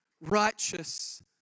righteous